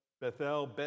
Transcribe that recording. Bethel